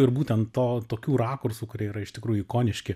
ir būtent to tokių rakursų kurie yra iš tikrųjų ikoniški